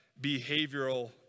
behavioral